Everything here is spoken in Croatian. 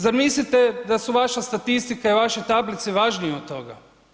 Zar mislite da su vaša statistika i vaše tablice važnije od toga?